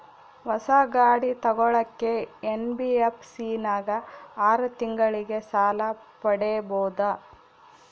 ಹೊಸ ಗಾಡಿ ತೋಗೊಳಕ್ಕೆ ಎನ್.ಬಿ.ಎಫ್.ಸಿ ನಾಗ ಆರು ತಿಂಗಳಿಗೆ ಸಾಲ ಪಡೇಬೋದ?